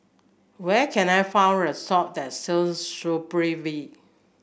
where can I a sop that sells Supravit